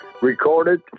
recorded